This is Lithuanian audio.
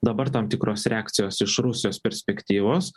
dabar tam tikros reakcijos iš rusijos perspektyvos